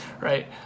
right